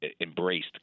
embraced